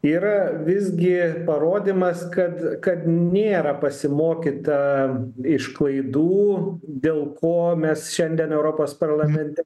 yra visgi parodymas kad kad nėra pasimokyta iš klaidų dėl ko mes šiandien europos parlamente